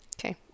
Okay